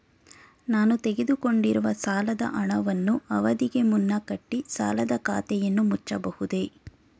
ನಾನು ತೆಗೆದುಕೊಂಡಿರುವ ಸಾಲದ ಹಣವನ್ನು ಅವಧಿಗೆ ಮುನ್ನ ಕಟ್ಟಿ ಸಾಲದ ಖಾತೆಯನ್ನು ಮುಚ್ಚಬಹುದೇ?